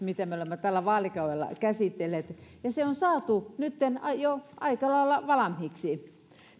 mitä me olemme tällä vaalikaudella käsitelleet ja se on saatu nytten jo aika lailla valmiiksi